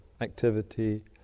activity